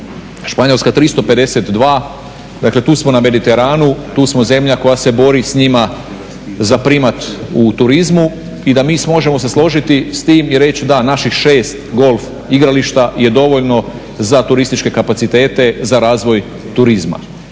Španjolska 352. Dakle, tu smo na Mediteranu, tu smo zemlja koja se bori s njima za primat u turizmu i da mi možemo se složiti s tim i reći da, naših šest golf igrališta je dovoljno za turističke kapacitete za razvoj turizma.